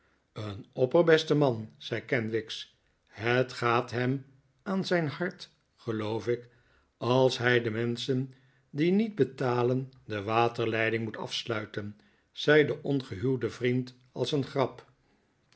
een opperbeste man zei kenwigs het gaat hem aan zijn hart geloof ik als hij bij menschen die niet betalen de waterleiding moet afsluiten zei de ongehuwde vriend als een grap